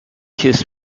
his